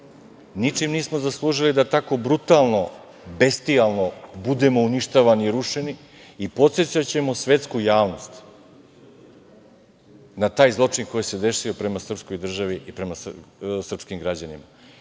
Ničim nismo zaslužili da tako brutalno, bestijalno, budemo uništavani, rušeni i podsećaćemo svetsku javnost na taj zločin koji se desio prema srpskoj državi i prema srpskim građanima. Da,